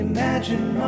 Imagine